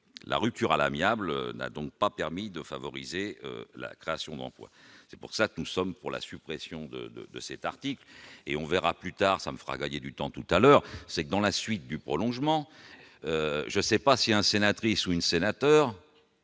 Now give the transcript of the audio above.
la rupture à l'amiable n'a donc pas permis de favoriser la création d'emplois, c'est pour ça que nous sommes pour la suppression de cet article et on verra plus tard, ça me fera gagner du temps tout à l'heure, c'est que dans la suite du prolongement je sais pas si un sénatrice ou une sénateur.